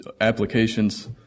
applications